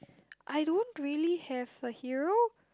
I don't really have a hero